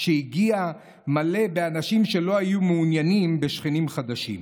שהגיע 'למקום מלא באנשים שלא היו מעוניינים בשכנים חדשים'.